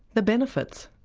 the benefits.